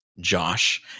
Josh